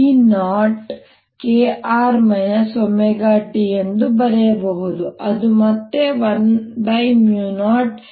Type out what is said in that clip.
r ωt ಎಂದು ಬರೆಯಬಹುದು ಅದು ಮತ್ತೆ 10nE02ck